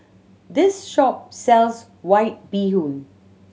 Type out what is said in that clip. this shop sells White Bee Hoon